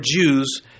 Jews